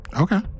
Okay